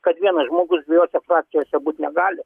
kad vienas žmogus dviejose frakcijose būt negali